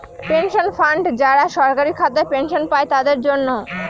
pension fund যারা সরকারি খাতায় পেনশন পাই তাদের জন্য